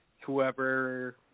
whoever